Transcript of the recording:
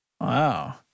Wow